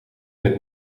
met